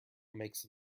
makes